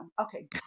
okay